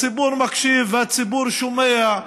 הציבור מקשיב והציבור שומע,